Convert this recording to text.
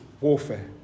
warfare